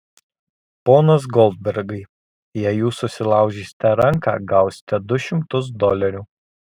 ponas goldbergai jei jūs susilaužysite ranką gausite du šimtus dolerių